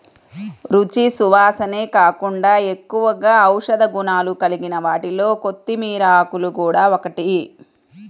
రుచి, సువాసనే కాకుండా ఎక్కువగా ఔషధ గుణాలు కలిగిన వాటిలో కొత్తిమీర ఆకులు గూడా ఒకటి